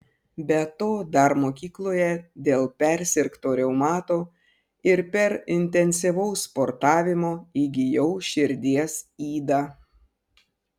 be to dar mokykloje dėl persirgto reumato ir per intensyvaus sportavimo įgijau širdies ydą